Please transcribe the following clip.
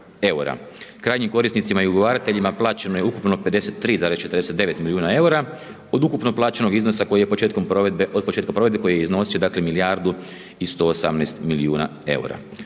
Krajnjim korisnicima i ugovarateljima plaćeno je ukupno 53,49 milijuna EUR-a od ukupno plaćenog iznosa koji je početkom provedbe, od početka provedbe koji je iznosio, dakle, milijardu i 118 milijuna EUR-a.